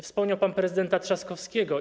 Wspomniał pan prezydenta Trzaskowskiego.